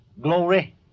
glory